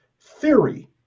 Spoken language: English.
theory